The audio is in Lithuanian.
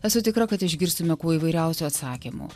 esu tikra kad išgirstume kuo įvairiausių atsakymų